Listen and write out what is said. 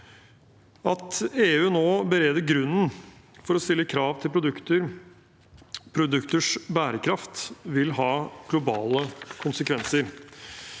At EU nå bereder grunnen for å stille krav til produkters bærekraft, vil ha globale konsekvenser.